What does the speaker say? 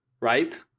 right